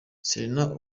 serena